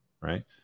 right